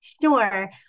Sure